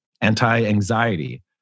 anti-anxiety